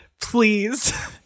please